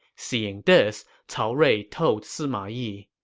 seeing this, cao rui told sima yi,